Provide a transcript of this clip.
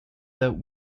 that